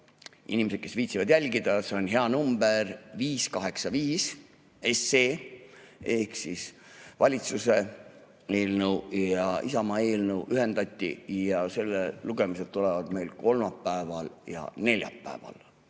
Inimestele, kes viitsivad jälgida, [teadmiseks,] see on hea number, 585 SE, ehk valitsuse eelnõu ja Isamaa eelnõu ühendati ja selle lugemised tulevad meil kolmapäeval ja neljapäeval,